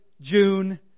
June